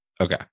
okay